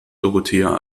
dorothea